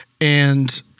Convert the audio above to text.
And-